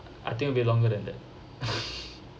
I think will be longer than that